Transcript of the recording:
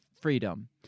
freedom